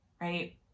Right